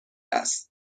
است